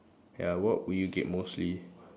ya what would you get mostly